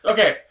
Okay